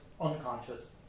unconscious